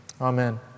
Amen